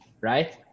right